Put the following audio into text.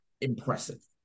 impressive